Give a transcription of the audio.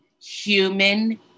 human